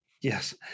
yes